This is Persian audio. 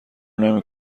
نمی